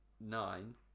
nine